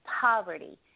poverty